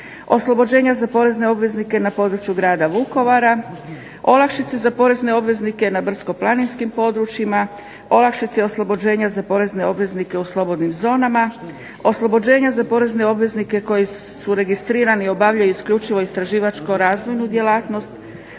oslobođenja za porezne obveznike na području Grada Vukovara, olakšice za porezne obveznike na brdsko-planinskim područjima, olakšice i oslobođenja za porezne obveznike u slobodnim zonama, oslobođenja za porezne obveznike koji su registrirani i obavljaju isključivo istraživačko-razvojnu djelatnost,